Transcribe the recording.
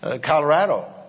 Colorado